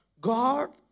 God